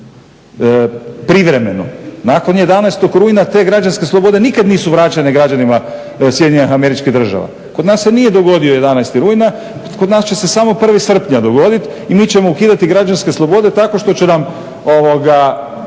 privremeno, nakon 11.rujna te građanske slobode nikad nisu vraćene građanima SAD-a. Kod nas se nije dogodio 11.rujna, kod nas će se samo 1.srpnja dogodit i mi ćemo ukidati građanske slobode tako što će nam